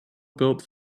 built